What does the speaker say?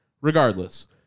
regardless